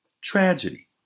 tragedy